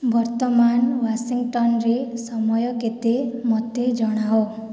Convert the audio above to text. ବର୍ତ୍ତମାନ ୱାଶିଂଟନରେ ସମୟ କେତେ ମୋତେ ଜଣାଅ